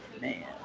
man